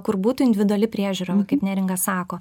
kur būtų individuali priežiūra va kaip neringa sako